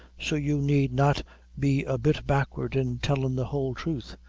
so you need not be a bit backward in tellin' the whole thruth.